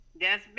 Yes